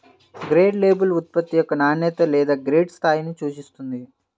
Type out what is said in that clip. grade label ఉత్పత్తి యొక్క నాణ్యత లేదా గ్రేడ్ స్థాయిని సూచిస్తుంది